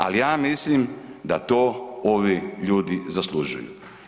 Ali, ja mislim da to ovi ljudi zaslužuju.